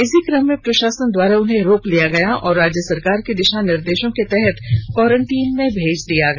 इसी क्रम में प्रशासन द्वारा उन्हें रोक लिया गया और राज्य सरकार के दिशा निर्देशों के तहत क्वारेंटाइन में भेज दिया गया